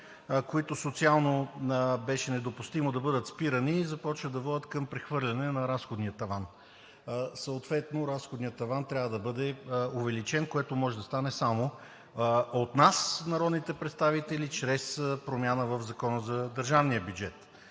които социално беше недопустимо да бъдат спирани и започва да водят към прехвърляне на разходния таван. Съответно разходният таван трябва да бъде увеличен, което може да стане само от нас, народните представители, чрез промяна в Закона за държавния бюджет.